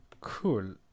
Cool